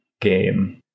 game